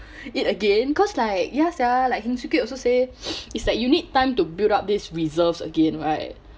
it again cause like ya sia like Heng Swee Keat also say it's like you need time to build up this reserves again right